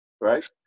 right